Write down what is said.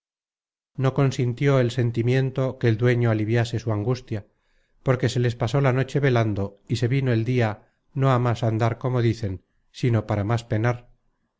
no consintió el sentimiento que el sueño aliviase su angustia porque se les pasó la noche velando y se vino el dia no á más andar como dicen sino para más penar